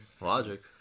Logic